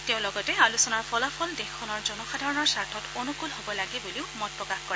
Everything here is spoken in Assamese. তেওঁ লগতে আলোচনাৰ ফলাফল দেশখনৰ জনসাধাৰণৰ স্বাৰ্থত অনুকল হব লাগে বুলিও মত প্ৰকাশ কৰে